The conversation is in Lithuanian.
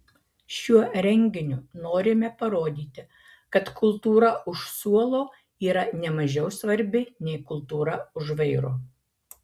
šiuo renginiu norime parodyti kad kultūra už suolo yra ne mažiau svarbi nei kultūra už vairo